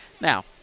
now